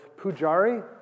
Pujari